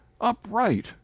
upright